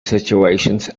situations